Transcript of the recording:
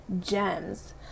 gems